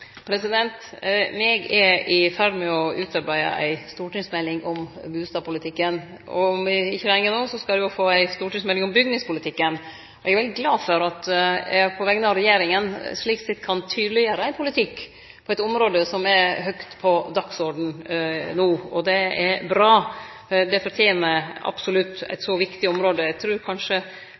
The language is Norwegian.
er i ferd med å utarbeide ei stortingsmelding om bustadpolitikken, og om ikkje lenge no skal de få ei stortingsmelding om bygningspolitikken. Eg er veldig glad for at eg, på vegner av regjeringa, slik sett kan tydeleggjere ein politikk på eit område som er høgt på dagsordenen no. Det er bra, det fortener absolutt eit så viktig område. Eg trur kanskje